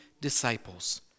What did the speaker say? disciples